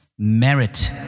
Merit